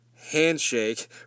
handshake